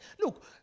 look